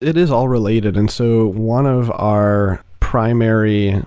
it is all related. and so one of our primary